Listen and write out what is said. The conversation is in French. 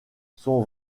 son